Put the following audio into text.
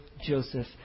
Joseph